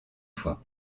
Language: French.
fois